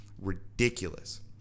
ridiculous